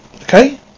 okay